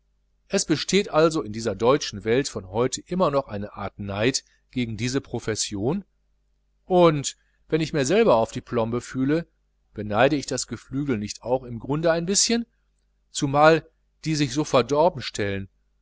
es besteht also in dieser deutschen welt von heute immer noch eine art neid gegen diese profession und wenn ich mir selber auf die plombe fühle beneide ich das geflügel nicht auch im grunde ein bischen zumal die die sich so verdorben stellen